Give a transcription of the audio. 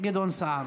גדעון סער.